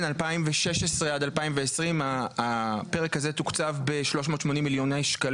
בין 2016 עד 2020 הפרק הזה תוקצב ב-380,000,000 ש"ח,